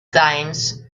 times